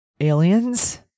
Aliens